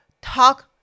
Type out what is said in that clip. talk